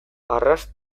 arras